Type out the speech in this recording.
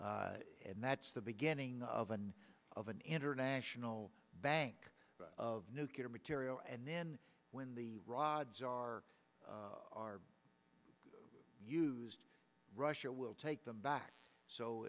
and that's the beginning of a of an international bank of nuclear material and then when the rods are used russia will take them back so